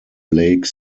lake